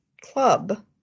club